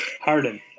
Harden